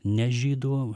ne žydų